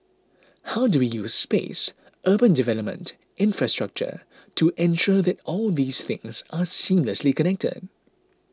how do we use space urban development infrastructure to ensure that all these things are seamlessly connected